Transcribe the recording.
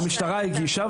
המשטרה הגישה,